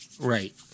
Right